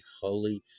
holy